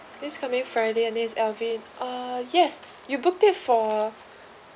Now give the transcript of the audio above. this coming friday and this is alvin uh yes you booked it for